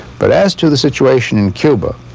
but as to the situation in cuba,